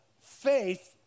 faith